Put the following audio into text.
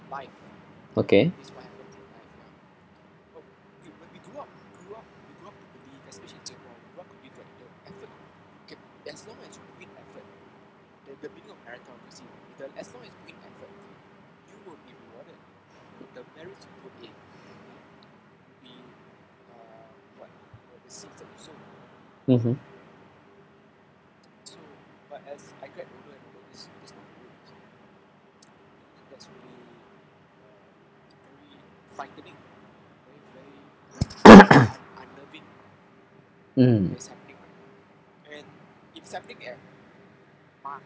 okay mmhmm mm